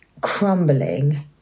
crumbling